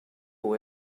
who